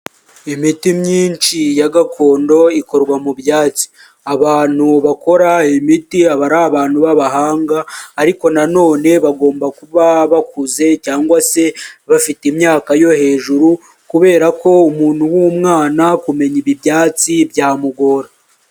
Imiti myinshi ya gakondo ikorwa mu byatsi. Abantu bakora miti aba ari abantu b'abahanga, ariko na none bagomba kuba bakuze cyangwa se bafite imyaka yo hejuru, kubera ko umuntu w'umwana kumenya ibi byatsi byamugora.